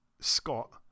Scott